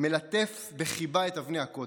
מלטף בחיבה את אבני הכותל.